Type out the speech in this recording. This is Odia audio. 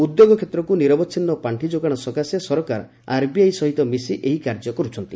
ଉଦ୍ୟୋଗ କ୍ଷେତ୍ରକୁ ନିରବଚ୍ଛିନ୍ନ ପାଣ୍ଠି ଯୋଗାଣ ସକାଶେ ସରକାର ଆର୍ବିଆଇ ସହିତ ମିଶି ଏହି କାର୍ଯ୍ୟ କରୁଛନ୍ତି